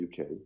UK